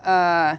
uh